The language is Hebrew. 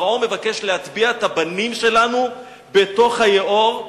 פרעה מבקש להטביע את הבנים שלנו בתוך היאור,